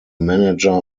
manager